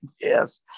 Yes